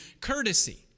Courtesy